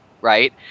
right